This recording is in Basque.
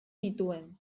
nituen